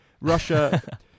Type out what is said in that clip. Russia